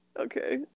okay